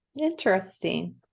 interesting